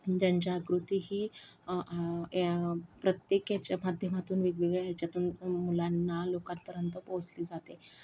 जनजागृती ही या प्रत्येक ह्याच्या माध्यमातून वेगवेगळ्या ह्याच्यातून मुलांना लोकांपर्यंत पोहोचली जाते